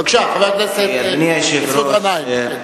בבקשה, חבר הכנסת מסעוד גנאים.